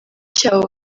cyabo